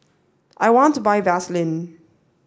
I want to buy Vaselin